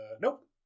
Nope